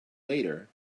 later